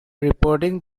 reporting